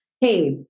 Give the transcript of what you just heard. hey